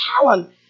talent